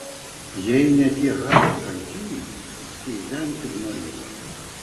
jei ne tie hario kankinimai gyvenk ir norėk